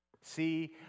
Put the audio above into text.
See